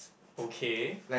okay